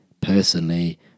personally